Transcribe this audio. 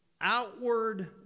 outward